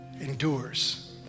endures